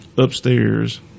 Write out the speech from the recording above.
Upstairs